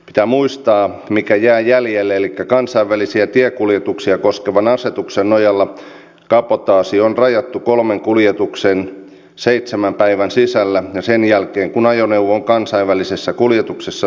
pitää muistaa mikä jää jäljelle elikkä kansainvälisiä tiekuljetuksia koskevan asetuksen nojalla kabotaasi on rajattu kolmeen kuljetukseen seitsemän päivän sisällä ja sen jälkeen kun ajoneuvo on kansainvälisessä kuljetuksessa saapunut suomeen